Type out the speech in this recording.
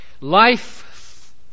Life